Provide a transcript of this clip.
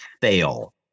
fail